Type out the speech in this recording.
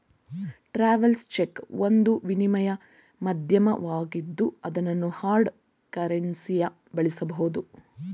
travels cheque ಒಂದು ವಿನಿಮಯ ಮಾಧ್ಯಮವಾಗಿದ್ದು ಅದನ್ನು ಹಾರ್ಡ್ ಕರೆನ್ಸಿಯ ಬಳಸಬಹುದು